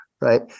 Right